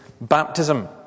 baptism